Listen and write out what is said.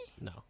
No